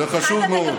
זה חשוב מאוד.